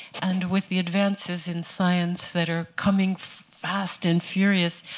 and with the advances in science that are coming fast and furious,